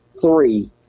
three